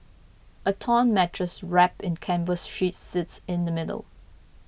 a torn mattress wrapped in canvas sheets sits in the middle